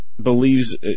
believes